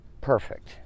perfect